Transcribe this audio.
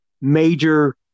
major